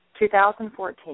2014